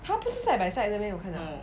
!huh! 不是 side by side 的 meh 我看了